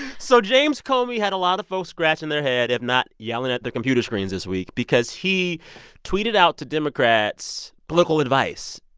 so james comey had a lot of folks scratching their head, if not yelling at their computer screens this week, because he tweeted out to democrats political advice.